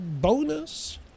bonus